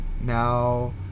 now